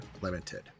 limited